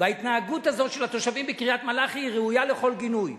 ההתנהגות הזאת של התושבים בקריית-מלאכי ראויה לכל גינוי.